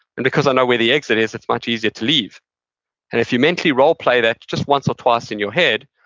and because i know where the exit is, it's much easier to leave and if you mentally role play that just once or twice in your head,